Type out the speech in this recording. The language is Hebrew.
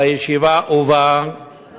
בישיבה הובהר